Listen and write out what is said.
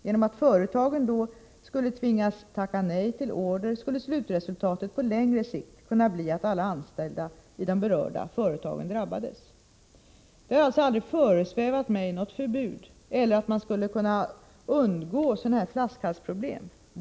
Genom att företagen då skulle kunna tvingas tacka nej till order skulle slutresultatet på längre sikt kunna bli att alla anställda i de berörda företagen drabbades.” Något förbud har alltså aldrig föresvävat mig — inte heller att man skulle kunna undgå sådana här flaskhalsproblem.